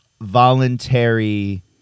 voluntary